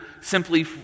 simply